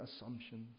assumptions